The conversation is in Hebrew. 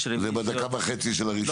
מבקש --- זה בדקה וחצי של הראשון.